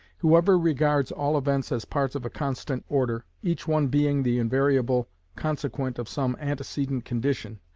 whoever regards all events as parts of a constant order, each one being the invariable consequent of some antecedent condition,